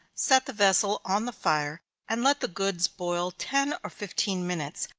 set the vessel on the fire, and let the goods boil ten or fifteen minutes,